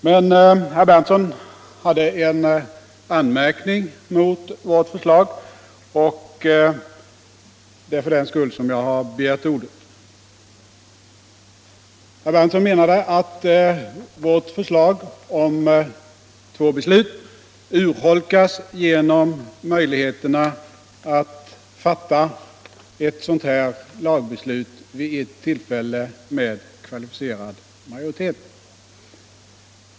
Herr Berndtson hade emellertid en anmärkning mot vårt förslag, och det är av den anledningen som jag har begärt ordet. Han sade att vårt förslag om två beslut urholkas genom möjligheterna att fatta ett sådant här lagbeslut vid ert tillfälle med kvalificerad majoritet.